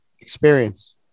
Experience